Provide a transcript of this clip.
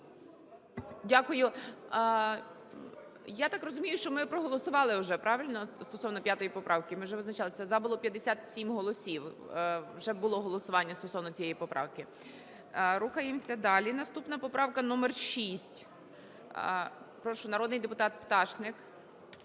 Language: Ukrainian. Дякую. Я так розумію, що ми проголосували вже, правильно, стосовно 5 поправки ми вже визначались. Це "за" було 57 голосів, вже було голосування стосовно цієї поправки. Рухаємося далі. Наступна поправка - номер 6. Прошу, народний депутат Пташник.